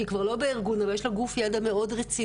שהיא כבר לא בארגון אבל יש לה גוף ידע מאוד רציני.